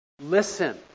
Listen